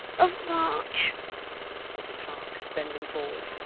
of march said the clerk, bending forward,